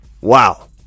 wow